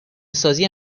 سازی